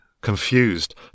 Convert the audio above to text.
confused